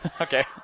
Okay